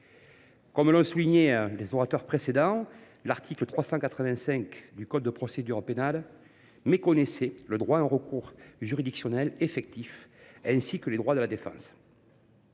Comme l’ont souligné les orateurs précédents, l’article 385 du code de procédure pénale méconnaissait le droit à un recours juridictionnel effectif, ainsi que les droits de la défense.